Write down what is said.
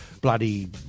bloody